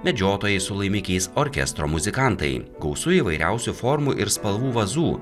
medžiotojai su laimikiais orkestro muzikantai gausu įvairiausių formų ir spalvų vazų